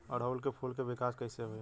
ओड़ुउल के फूल के विकास कैसे होई?